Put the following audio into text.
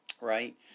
right